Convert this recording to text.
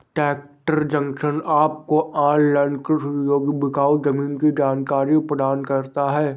tractor Junction आपको online कृषि योग्य बिकाऊ जमीन की जानकारी प्रदान करता है